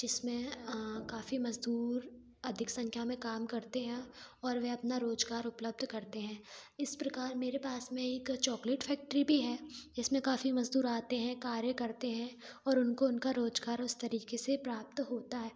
जिसमें अ काफ़ी मजदूर अधिक संख्या में काम करते हैं और वे अपना रोजगार उपलब्ध करते हैं इस प्रकार मेरे पास में एक चॉकलेट फैक्ट्री भी है जिसमें काफ़ी मजदूर आते हैं कार्य करते हैं और उनको उनका रोजगार उस तरीके से प्राप्त होता है